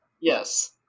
Yes